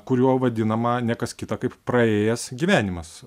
kuriuo vadinama ne kas kita kaip praėjęs gyvenimas